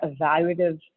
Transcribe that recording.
evaluative